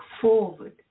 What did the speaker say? forward